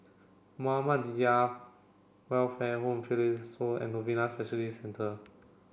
Muhammadiyah Welfare Home Fidelio Sore and Novena Specialist Centre